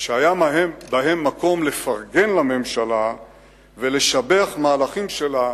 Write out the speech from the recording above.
שהיה בהם מקום לפרגן לממשלה ולשבח מהלכים שלה,